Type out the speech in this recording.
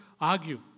argue